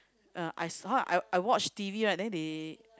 uh I saw I I watched T_V right then there